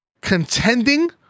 Contending